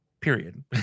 Period